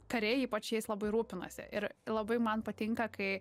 kariai ypač jais labai rūpinasi ir labai man patinka kai